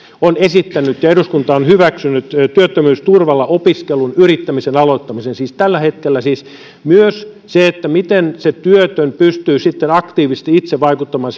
on esittänyt ja eduskunta on hyväksynyt työttömyysturvalla opiskelun ja yrittämisen aloittamisen siis tällä hetkellä myös siihen miten työtön pystyy sitten aktiivisesti itse vaikuttamaan